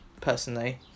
personally